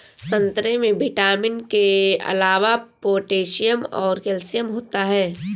संतरे में विटामिन के अलावा पोटैशियम और कैल्शियम होता है